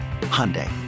Hyundai